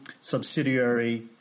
subsidiary